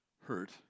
hurt